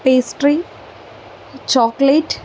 pastry chocolate